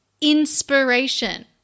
inspiration